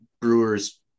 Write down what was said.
Brewers